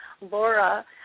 Laura